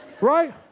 right